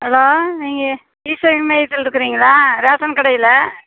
hello நீங்கள் இ சேவை மையத்தில்ருக்கறீங்களா ரேஷன் கடையில்